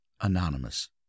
Anonymous